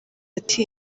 ati